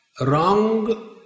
wrong